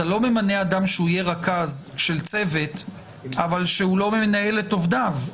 אתה לא ממנה אדם שהוא יהיה רכז של צוות אבל שהוא לא מנהל את עובדיו.